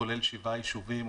כולל שבעה יישובים.